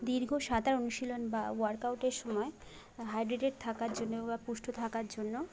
দীর্ঘ সাঁতার অনুশীলন বা ওয়ার্কআউটের সময় হাইড্রেটেড থাকার জন্য বা পুষ্ট থাকার জন্য